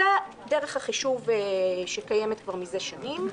זאת דרך החישוב שקיימת כבר מזה שנים.